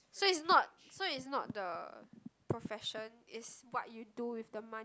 so is not so is not the profession is what you do with the money